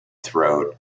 throat